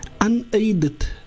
unaided